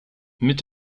mit